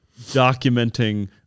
documenting